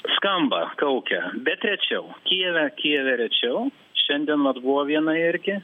skamba kaukia bet rečiau kijeve kijeve rečiau šiandien vat buvo viena irgi